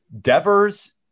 Devers